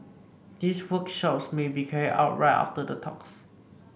these workshops may be carried out right after the talks